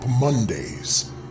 Mondays